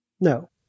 No